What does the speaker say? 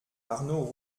arnaud